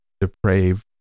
depraved